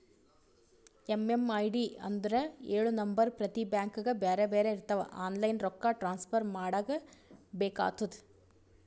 MMID ಅಂದುರ್ ಎಳು number ಪ್ರತಿ ಬ್ಯಾಂಕ್ಗ ಬ್ಯಾರೆ ಬ್ಯಾರೆ ಇರ್ತಾವ್ ಆನ್ಲೈನ್ ರೊಕ್ಕಾ ಟ್ರಾನ್ಸಫರ್ ಮಾಡಾಗ ಬೇಕ್ ಆತುದ